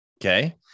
Okay